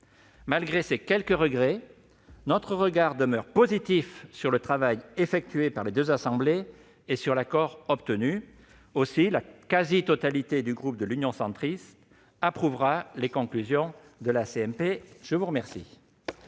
Malgré ces quelques regrets, notre regard demeure positif sur le travail effectué par les deux assemblées et sur l'accord obtenu. Aussi, la quasi-totalité du groupe Union Centriste approuvera les conclusions de cette commission